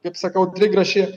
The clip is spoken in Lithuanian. kaip sakau trigrašį